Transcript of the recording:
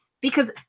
because-